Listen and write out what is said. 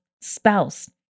spouse